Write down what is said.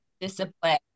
Discipline